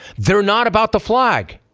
they're not about the flag.